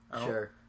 Sure